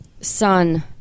son